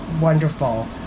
wonderful